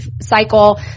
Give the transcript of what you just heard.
cycle